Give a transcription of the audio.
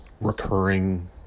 recurring